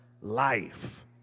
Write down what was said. life